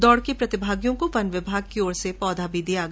दोड़ के प्रतिभागियों को वन विभाग की ओर से एक पौधा भी दिया गया